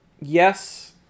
Yes